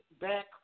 back